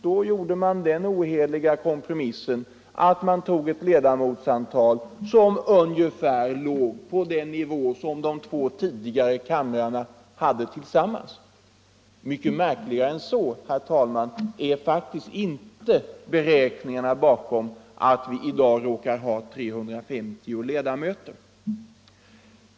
Då gjorde man så att man tog ett ledamotsantal som ungefär låg på den nivå som de två tidigare kamrarna hade tillsammans. Mycket märkligare än så, herr talman, är faktiskt inte beräkningarna bakom att riksdagen i dag råkar ha 350 ledamöter.